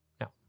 Now